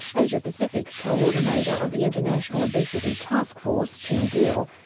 asia-pacific co-ordinator of the international obesity task force, tim gill,